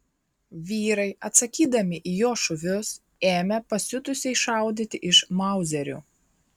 vyrai atsakydami į jo šūvius ėmė pasiutusiai šaudyti iš mauzerių